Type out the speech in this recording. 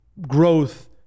growth